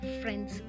friends